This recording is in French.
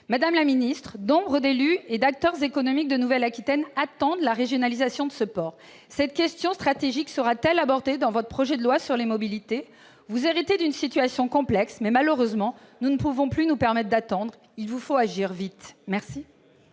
Madame la ministre, nombre d'élus et d'acteurs économiques de Nouvelle-Aquitaine attendent la régionalisation de ce port. Cette question stratégique sera-t-elle abordée dans votre projet de loi d'orientation sur les mobilités ? Vous héritez d'une situation complexe. Malheureusement, nous ne pouvons plus nous permettre d'attendre. Il vous faut agir vite !